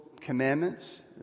commandments